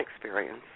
experience